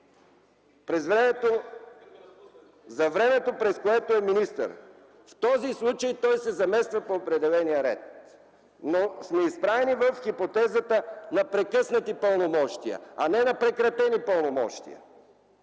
За времето, през което е министър – в този случай той се замества по определения ред, но сме изправени пред хипотезата на прекъснати пълномощия, а не на прекратени пълномощия.